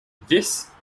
this